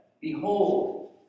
Behold